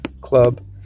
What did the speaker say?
club